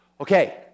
Okay